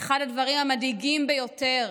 אחד הדברים המדאיגים ביותר